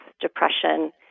depression